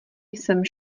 jsem